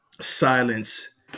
silence